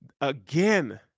again